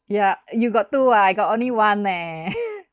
ya you got two ah I got only one eh